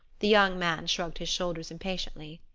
the young man shrugged his shoulders impatiently.